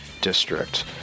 district